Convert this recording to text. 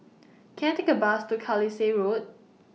Can I Take A Bus to Carlisle Road